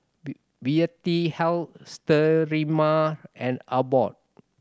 Vitahealth Sterimar and Abbott